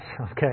Okay